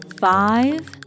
five